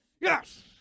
Yes